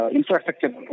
Infrastructure